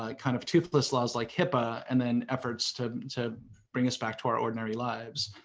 ah kind of toothless laws like hipaa, and then efforts to to bring us back to our ordinary lives.